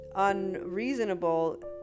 unreasonable